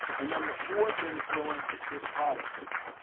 and then the fourth influence is politics.